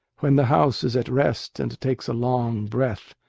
when the house is at rest and takes a long breath.